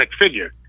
figure